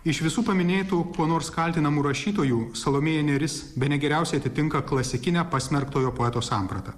iš visų paminėtų kuo nors kaltinamų rašytojų salomėja nėris bene geriausiai atitinka klasikinę pasmerktojo poeto sampratą